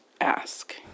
ask